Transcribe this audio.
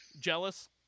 jealous